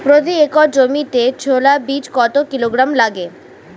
প্রতি একর জমিতে ছোলা বীজ কত কিলোগ্রাম লাগে?